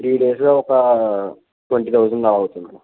three డేస్లో ఒక twenty thousand అవ్వచ్ఛు మేడం